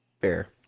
Fair